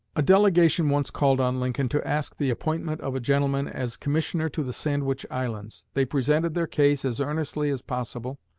a delegation once called on lincoln to ask the appointment of a gentleman as commissioner to the sandwich islands. they presented their case as earnestly as possible,